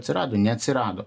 atsirado neatsirado